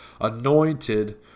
anointed